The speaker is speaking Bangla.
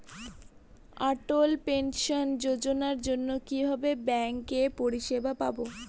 অটল পেনশন যোজনার জন্য কিভাবে ব্যাঙ্কে পরিষেবা পাবো?